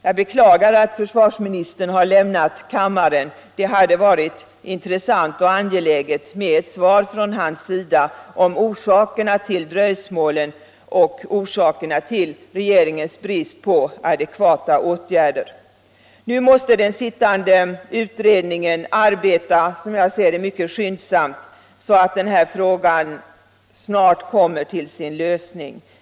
Jag beklagar att försvarsministern har lämnat kammaren. Det hade varit intressant och angeläget att få ett besked av honom om orsakerna till dröjsmålen och till regeringens brist på adekvata åtgärder. Nu måste utredningen arbeta mycket skyndsamt, så att denna fråga snart kommer till en lösning.